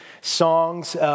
songs